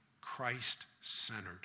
Christ-centered